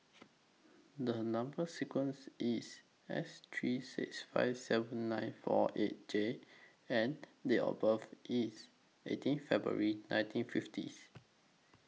The Number sequence IS S three six five seven nine four eight J and Date of birth IS eighteen February nineteen fiftieth